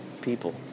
people